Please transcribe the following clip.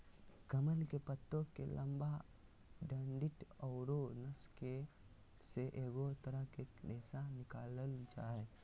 कमल के पत्तो के लंबा डंडि औरो नस से एगो तरह के रेशा निकालल जा हइ